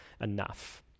enough